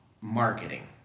Marketing